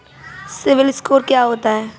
CIBIL score क्या होता है?